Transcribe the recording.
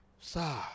sir